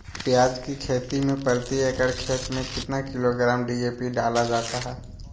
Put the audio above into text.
प्याज की खेती में प्रति एकड़ खेत में कितना किलोग्राम डी.ए.पी डाला जाता है?